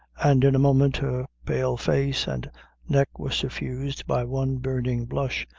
and in a moment her pale face and neck were suffused by one burning blush,